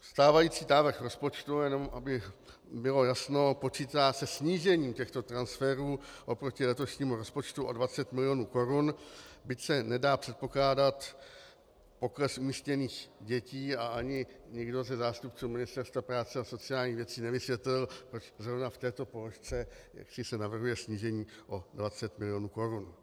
Stávající návrh rozpočtu, jenom aby bylo jasno, počítá se snížením těchto transferů oproti letošnímu rozpočtu o 20 mil. korun, byť se nedá předpokládat pokles umístěných dětí a ani nikdo ze zástupců Ministerstva práce a sociálních věcí nevysvětlil, proč zrovna v této položce se navrhuje snížení o 20 mil. korun.